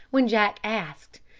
when jack asked